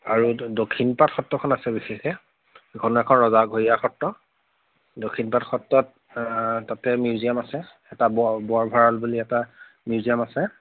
আৰু দক্ষিণপাঠ সত্ৰখন আছে বিশেষকৈ সেইখন আকৌ এখন ৰজাঘৰীয়া সত্ৰ দক্ষিণপাঠ সত্ৰত তাতে মিউজিয়াম আছে এটা বৰ ভঁৰাল বুলি এটা মিউজিয়াম আছে